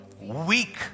weak